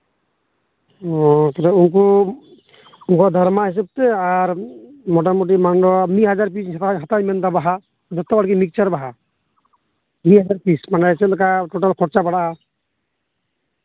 ᱚᱸᱻ ᱛᱟᱦᱚᱞᱮ ᱩᱱᱠᱩ ᱚᱲᱟᱜ ᱫᱷᱟᱨᱮ ᱦᱤᱥᱟᱹᱵ ᱛᱮ ᱟᱨ ᱢᱳᱴᱟᱢᱩᱴᱤ ᱢᱟᱰᱣᱟ ᱢᱤᱫ ᱦᱟᱡᱟᱨ ᱯᱤᱥ ᱦᱟᱛᱟᱣ ᱤᱧ ᱢᱮᱱᱫᱟ ᱵᱟᱦᱟ ᱡᱚᱛᱚᱜᱮ ᱢᱤᱠᱪᱟᱨ ᱵᱟᱦᱟ ᱢᱤᱫ ᱦᱟᱡᱟᱨ ᱯᱤᱥ ᱢᱟᱱᱮ ᱪᱮᱫ ᱞᱮᱠᱟ ᱴᱳᱴᱟᱞ ᱠᱷᱚᱨᱪᱟ ᱯᱟᱲᱟᱜᱼᱟ